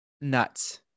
nuts